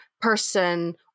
person